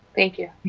thank you.